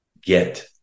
Get